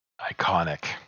iconic